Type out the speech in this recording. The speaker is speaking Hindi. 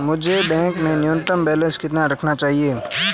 मुझे बैंक में न्यूनतम बैलेंस कितना रखना चाहिए?